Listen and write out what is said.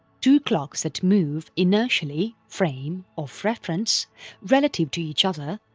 two clocks that move inertially frame of reference relative to each other,